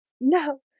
No